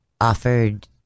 offered